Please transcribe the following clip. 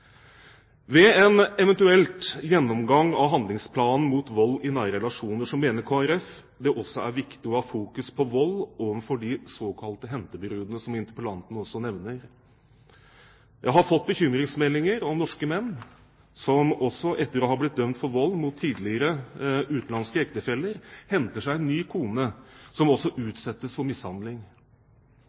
Ved en eventuell gjennomgang av handlingsplanen mot vold i nære relasjoner mener Kristelig Folkeparti det også er viktig å ha fokus på vold mot de såkalte hentebrudene, som interpellanten også nevner. Jeg har fått bekymringsmeldinger om norske menn som også etter å ha blitt dømt for vold mot tidligere utenlandsk ektefelle, henter seg en ny kone, som også utsettes for mishandling.